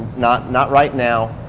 not not right now,